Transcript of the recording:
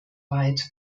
weit